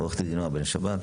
עורכת הדין נעה בן שבת,